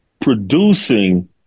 producing